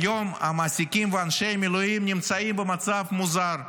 היום המעסיקים ואנשי המילואים נמצאים במצב מוזר,